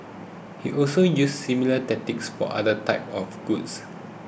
she also used similar tactics for other types of goods